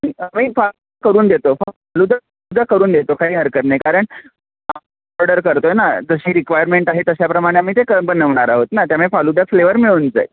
मी फल करून देतो फालुदासुद्धा करून देतो काही हरकत नाही कारण ऑर्डर करतो आहे ना जशी रिक्वायरमेंट आहे तशाप्रमाणे आम्ही ते बनवणार आहोत ना त्यामुळे फालुदा फ्लेवर मिळून जाई